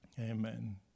Amen